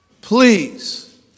Please